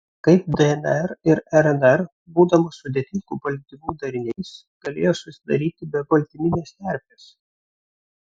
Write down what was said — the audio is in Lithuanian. kaip dnr ir rnr būdamos sudėtingų baltymų dariniais galėjo susidaryti be baltyminės terpės